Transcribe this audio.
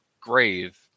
grave